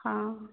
हाँ